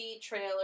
trailer